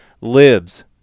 lives